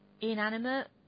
inanimate